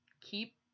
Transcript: keep